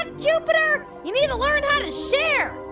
and jupiter? you need to learn how to share.